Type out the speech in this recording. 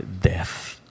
death